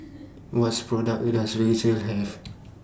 What's products Does Vagisil Have